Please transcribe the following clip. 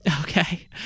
Okay